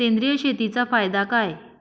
सेंद्रिय शेतीचा फायदा काय?